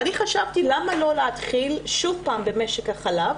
חשבתי למה לא להתחיל שוב פעם במשק החלב